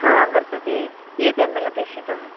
हा वर्तते कियत् एम् एल् अपेक्षितम्